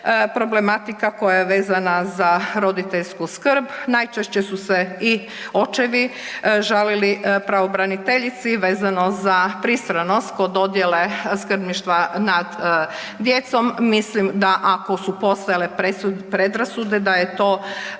problematika koja je vezana za roditeljsku skrb. Najčešće su se i očevi žalili pravobraniteljici vezano za pristranost kod dodijele skrbništva nad djecom, mislim da ako su postojale predrasude da je to